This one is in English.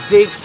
Big